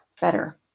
better